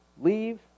leave